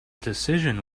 decision